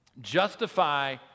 Justify